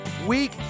week